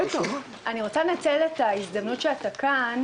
אני רוצה לנצל את ההזדמנות שאתה כאן